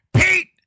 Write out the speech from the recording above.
Pete